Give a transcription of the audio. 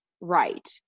right